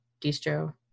distro